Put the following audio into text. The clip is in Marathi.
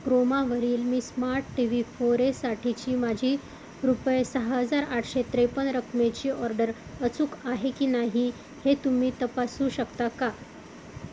क्रोमावरील मी स्मार्ट टी व्ही फोरेसाठीची माझी रुपये सहा हजार आठशे त्रेपन्न रकमेची ऑर्डर अचूक आहे की नाही हे तुम्ही तपासू शकता का